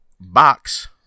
box